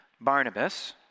Barnabas